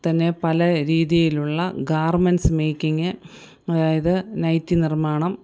തന്നെ പലരീതിയിലുള്ള garments making അതായത് നൈറ്റി നിർമ്മാണം